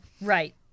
Right